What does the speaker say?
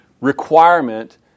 requirement